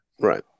Right